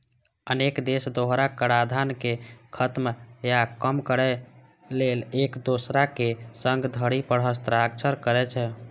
अनेक देश दोहरा कराधान कें खत्म या कम करै लेल एक दोसरक संग संधि पर हस्ताक्षर करै छै